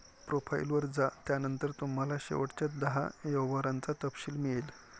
profile वर जा, त्यानंतर तुम्हाला शेवटच्या दहा व्यवहारांचा तपशील मिळेल